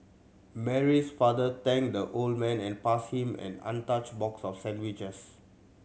Mary's father thanked the old man and passed him an untouched box of sandwiches